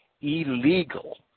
illegal